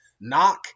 Knock